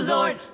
Lord